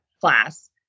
class